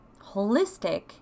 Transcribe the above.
holistic